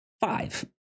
five